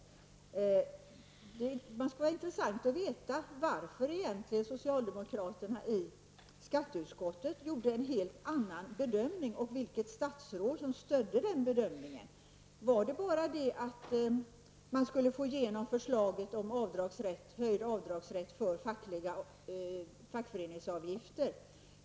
Det skulle vara intressant att veta varför socialdemokraterna i skatteutskottet egentligen gjorde en helt annan bedömning och vilket statsråd som stödde den bedömningen. Var det bara för att man skulle få igenom förslaget om höjd avdragsrätt för fackföreningsavgifter?